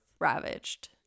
ravaged